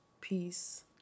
peace